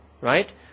Right